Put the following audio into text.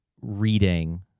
reading